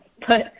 put –